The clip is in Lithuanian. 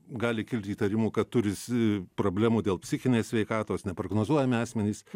gali kilti įtarimų kad turi problemų dėl psichinės sveikatos neprognozuojami asmenys